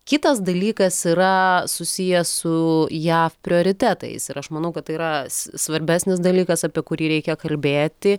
kitas dalykas yra susijęs su jav prioritetais ir aš manau kad tai yra svarbesnis dalykas apie kurį reikia kalbėti